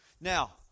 Now